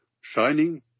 shining